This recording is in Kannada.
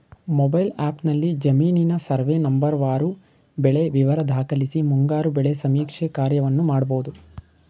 ಮೊಬೈಲ್ ಆ್ಯಪ್ನಲ್ಲಿ ಜಮೀನಿನ ಸರ್ವೇ ನಂಬರ್ವಾರು ಬೆಳೆ ವಿವರ ದಾಖಲಿಸಿ ಮುಂಗಾರು ಬೆಳೆ ಸಮೀಕ್ಷೆ ಕಾರ್ಯವನ್ನು ಮಾಡ್ಬೋದು